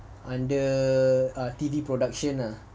under T_V production ah